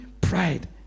pride